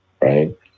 right